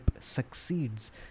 succeeds